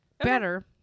better